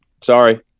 sorry